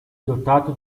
dotato